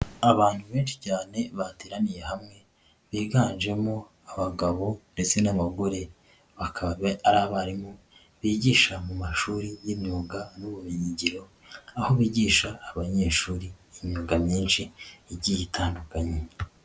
Abantu benshi cyane bateraniye hamwe biganjemo abagabo ndetse n'abagore, bakaba ari abarimu bigisha mu mashuri y'imyuga n'ubumenyingiro, aho bigisha abanyeshuri imyuga myinshi igiye itandukanye.